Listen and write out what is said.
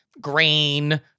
grain